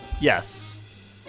Yes